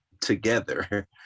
together